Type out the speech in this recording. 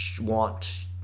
want